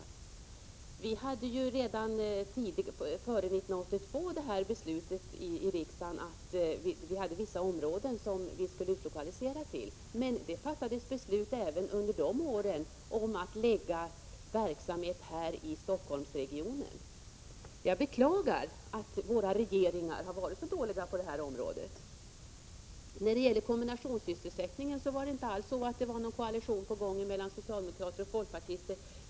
Redan före 1982 fanns ju riksdagsbeslutet om att verksamhet skulle utlokaliseras till vissa områden, men ändå fattades även under de åren beslut om att lägga verksamhet i Stockholmsregionen. Jag beklagar att våra regeringar har varit så dåliga på det här området. Vad beträffar kombinationssysselsättning är det inte alls så att någon koalition är på gång mellan socialdemokrater och folkpartister.